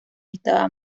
estaba